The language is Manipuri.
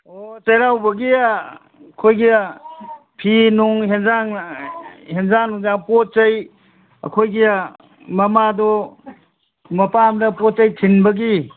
ꯑꯣ ꯆꯩꯔꯥꯎꯕꯒꯤ ꯑꯩꯈꯣꯏꯒꯤ ꯐꯤꯅꯨꯡ ꯍꯦꯟꯖꯥꯡ ꯍꯦꯟꯖꯥꯡ ꯅꯨꯡꯖꯥꯡ ꯄꯣꯠ ꯆꯩ ꯑꯩꯈꯣꯏꯒꯤ ꯃꯃꯥꯗꯣ ꯃꯄꯥꯝꯗ ꯄꯣꯠ ꯆꯩ ꯊꯤꯟꯕꯒꯤ